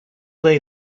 day